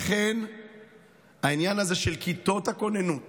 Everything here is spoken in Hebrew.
לכן העניין הזה של כיתות הכוננות